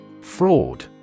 Fraud